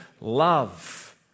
love